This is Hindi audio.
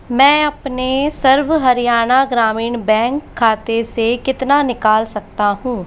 मैं अपने सर्व हरियाणा ग्रामीण बैंक खाते से कितना निकाल सकता हूँ